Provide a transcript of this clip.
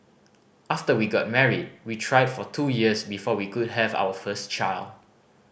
after we got married we tried for two years before we could have our first child